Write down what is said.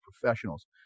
professionals